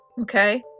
Okay